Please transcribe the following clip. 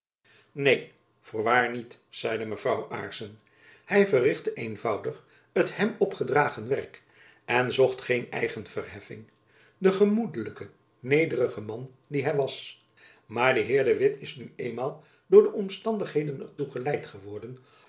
neen voorwaar niet zeide mevrouw aarssen hy verrichtte eenvoudig het hem opgedragen werk en zocht geen eigenverheffing de gemoedelijke nederige man die hy was maar de heer de witt is nu eenmaal door de omstandigheden er toe geleid geworden